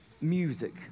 music